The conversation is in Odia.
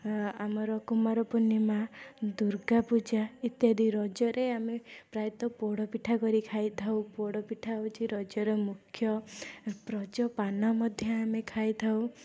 ହଁ ଆମର କୁମାରପୁର୍ଣ୍ଣିମା ଦୁର୍ଗାପୂଜା ଇତ୍ୟାଦି ରଜରେ ଆମେ ପ୍ରାୟତଃ ପୋଡ଼ପିଠା କରି ଖାଇଥାଉ ପୋଡ଼ପିଠା ହେଉଛି ରଜର ମୁଖ୍ୟ ରଜପାନ ମଧ୍ୟ ଆମେ ଖାଇଥାଉ